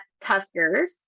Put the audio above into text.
Tuskers